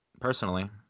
personally